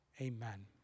Amen